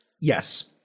Yes